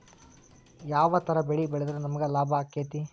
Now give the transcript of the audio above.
ಯಾವ ತರ ಬೆಳಿ ಬೆಳೆದ್ರ ನಮ್ಗ ಲಾಭ ಆಕ್ಕೆತಿ?